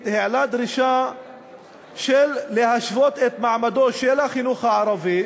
העלה דרישה להשוות את מעמדו של החינוך הערבי